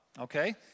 okay